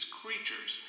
creatures